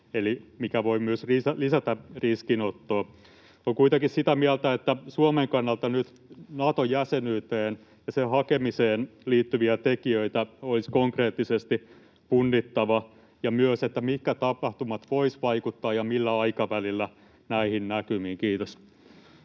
mikä voi myös lisätä riskinottoa. Olen kuitenkin sitä mieltä, että Suomen kannalta nyt Nato-jäsenyyteen ja sen hakemiseen liittyviä tekijöitä olisi konkreettisesti punnittava ja myös sitä, mitkä tapahtumat voisivat vaikuttaa ja millä aikavälillä näihin näkymiin. — Kiitos.